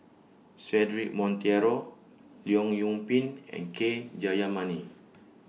Cedric Monteiro Leong Yoon Pin and K Jayamani